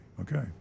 Okay